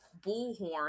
bullhorn